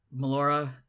Melora